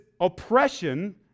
oppression